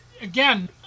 again